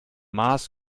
mars